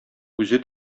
үзе